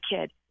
kid